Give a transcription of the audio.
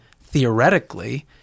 theoretically